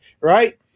Right